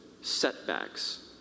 setbacks